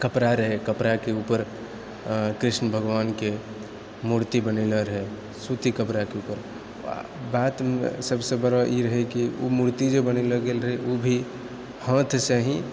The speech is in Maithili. कपड़ा रहै कपड़ाके उपर कृष्ण भगवानके मूर्ति बनेलऽ रहै सूती कपड़ाके उपर आओर बात सबसँ बड़ा ई रहै कि ओ मूर्ति जे बनेलऽ गेल रहै ओ भी हाथसँ ही